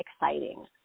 exciting